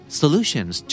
solutions